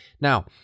Now